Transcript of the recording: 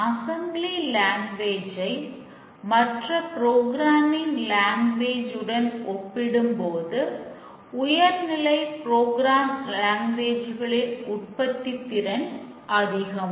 assembly language உற்பத்தித் திறன் அதிகம்